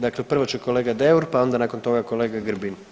Dakle, prvo će kolega Deur, pa onda nakon toga kolega Grbin.